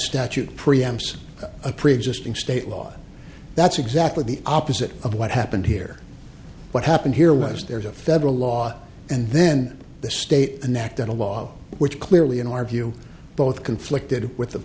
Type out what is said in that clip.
statute pre amps a preexisting state law and that's exactly the opposite of what happened here what happened here was there's a federal law and then the state enact a law which clearly in our view both conflicted with the